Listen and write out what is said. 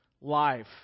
life